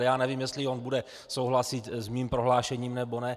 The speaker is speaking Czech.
Já nevím, jestli on bude souhlasit s mým prohlášením, nebo ne.